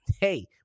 hey